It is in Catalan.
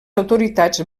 autoritats